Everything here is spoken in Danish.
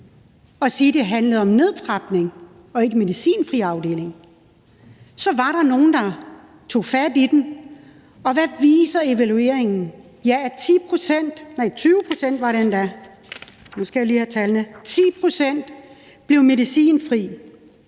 og sige, at det handlede om nedtrapning og ikke medicinfri afdelinger. Så var der nogle, der tog fat i den. Og hvad viser evalueringen: Den viser, at 10 pct. blev medicinfri,